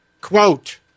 quote